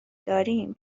داریم